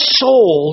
soul